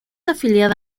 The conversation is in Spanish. afiliada